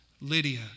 Lydia